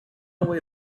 away